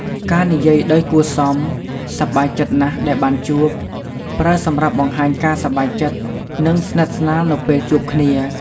ការនិយាយដោយគួរសម "សប្បាយចិត្តណាស់ដែលបានជួប"ប្រើសម្រាប់បង្ហាញការសប្បាយចិត្ត និងស្និទ្ធស្នាលនៅពេលជួបគ្នា។